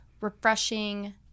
refreshing